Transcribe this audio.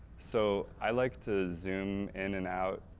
so, i like to zoom in and out,